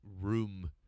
room